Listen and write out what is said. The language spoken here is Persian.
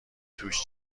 توش